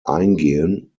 eingehen